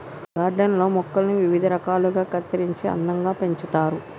garden లల్లో మొక్కలను వివిధ రకాలుగా కత్తిరించి అందంగా పెంచుతారు